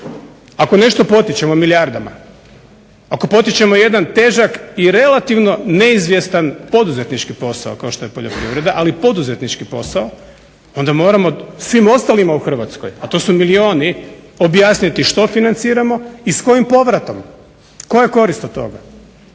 Ako nešto potičemo milijardama, ako potičemo jedan težak i relativno neizvjestan poduzetnički posao kao što je poljoprivreda, ali poduzetnički posao onda moramo svim ostalima u Hrvatskoj, a to su milioni objasniti što financiramo i s kojim povratom, koja je korist od toga.